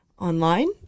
online